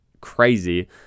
crazy